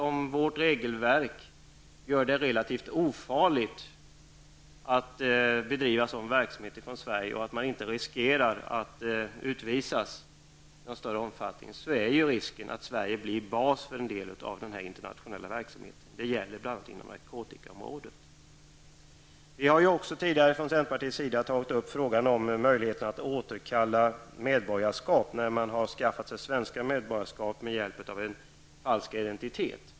Om vårt regelverk gör det relativt ofarligt att bedriva sådan verksamhet från Sverige och om man då inte riskerar att utvisas, är risken att Sverige blir bas för en del av den internationella verksamheten. Det gäller bl.a. inom narkotikaområdet. Vi har tidigare från centerpartiets sida tagit upp frågan om möjligheten att återkalla medborgarskap när man har erhållit svenskt medborgarskap med hjälp av en falsk identitet.